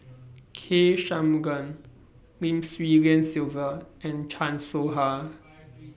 K Shanmugam Lim Swee Lian Sylvia and Chan Soh Ha